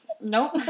Nope